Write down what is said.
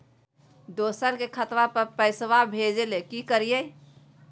दोसर के खतवा पर पैसवा भेजे ले कि करिए?